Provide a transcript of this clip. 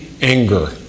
anger